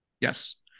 Yes